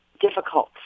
difficult